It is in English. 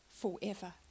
forever